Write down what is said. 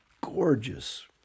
gorgeous